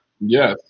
Yes